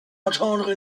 entendre